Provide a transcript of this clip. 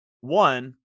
one